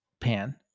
pan